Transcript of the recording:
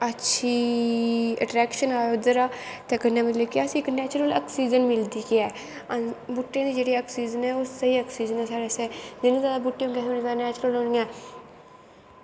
अच्छी अट्रैक्शन इद्दरा कन्नै कि असेंगी मतलव इक नैचुर्ल आक्शीजन मिलदी ऐ बूह्टें दी जेह्ड़ी आक्सीज़न ऐ ओह् स्हेई आक्सीज़न ऐ साढ़ै आस्तै जिन्ने जादा बूह्टे होंगन असैं उन्ने जादा नैचुर्ल होगै